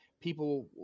people